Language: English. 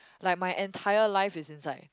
like my entire life is seems like